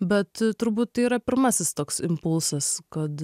bet turbūt tai yra pirmasis toks impulsas kad